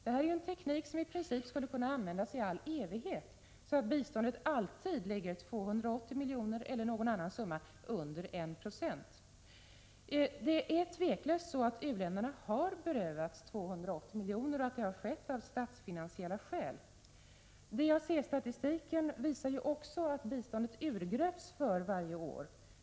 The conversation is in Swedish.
Det är en teknik som i princip skulle kunna användas i all evighet så att biståndet alltid ligger 280 milj.kr. eller någon annan summa under 1 26 av BNI. Det är tveklöst så att u-länderna har berövats 280 milj.kr. och att det har skett av statsfinansiella skäl. DAC-statistiken visar också att biståndet urgröps för varje år.